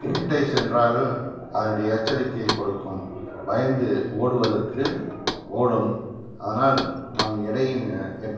கிட்டே சென்றால் அதனுடைய எச்சரிக்கை கொடுக்கும் பயந்து ஓடுவதற்கு ஓடும் அதனால் நம் எட்டையின் எப்